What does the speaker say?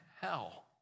hell